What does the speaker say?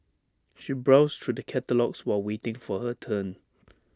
she browsed through the catalogues while waiting for her turn